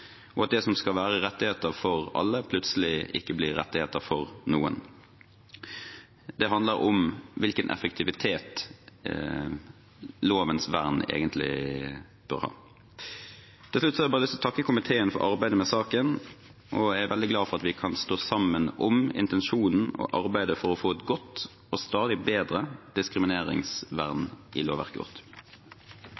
handler om hvilken effektivitet lovens vern egentlig bør ha. Helt til slutt har jeg lyst til å takke komiteen for arbeidet med saken. Jeg er veldig glad for at vi kan stå sammen om intensjonen og arbeidet for å få et godt og stadig bedre diskrimineringsvern